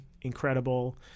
incredible